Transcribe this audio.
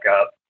up